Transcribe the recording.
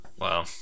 Wow